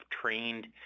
trained